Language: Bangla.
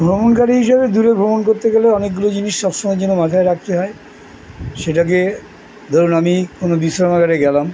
ভ্রমণকারী হিসাবে দূরে ভ্রমণ করতে গেলে অনেকগুলো জিনিস সবসময়ের জন্য মাথায় রাখতে হয় সেটাকে ধরুন আমি কোনও বিশ্রামাগারে গেলাম